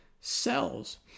cells